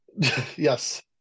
Yes